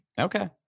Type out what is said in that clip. okay